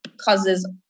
causes